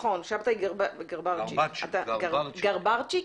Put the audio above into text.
שבתאי גרברציק,